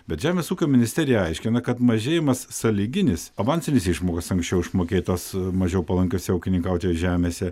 bet žemės ūkio ministerija aiškina kad mažėjimas sąlyginis avansinės išmokos anksčiau išmokėtos mažiau palankiose ūkininkauti žemėse